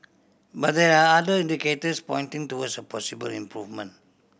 but there are other indicators pointing towards a possible improvement